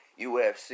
UFC